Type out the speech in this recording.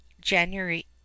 January